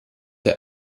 der